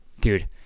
Dude